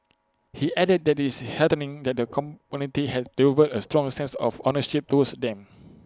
he added that is heartening that the community has developed A strong sense of ownership towards them